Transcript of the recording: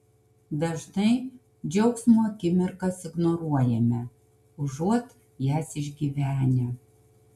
dažnai džiaugsmo akimirkas ignoruojame užuot jas išgyvenę